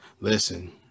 listen